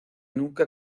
nunca